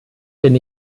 bin